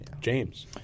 James